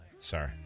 Sorry